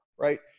Right